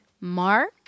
mark